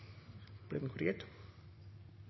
ble vedtatt. Den